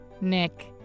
Nick